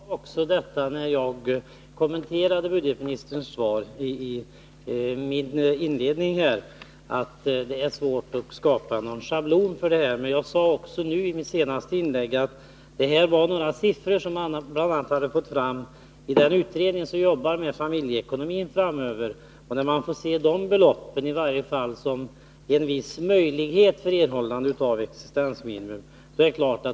Herr talman! Jag medgav, när jag kommenterade budgetministerns svar i mitt första anförande, att det är svårt att skapa någon schablon. Men jag sade också i mitt senaste inlägg att det här bl.a. var några siffror som man fått fram i den utredning som jobbar med en undersökning av familjeekonomin framöver. Man får betrakta ett fastställande av de beloppen som i varje fall en viss möjlighet för erhållande av existensminimum.